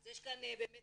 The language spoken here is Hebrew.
אז יש כאן באמת